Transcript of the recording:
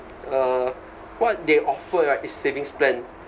uh what they offer right is savings plan